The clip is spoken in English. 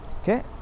okay